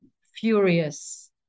furious